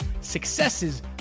successes